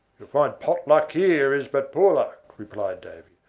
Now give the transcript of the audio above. you'll find pot-luck here is but poor luck, replied davy.